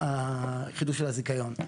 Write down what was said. החידוש של הזיכיון,